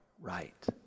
right